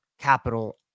capital